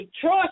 trust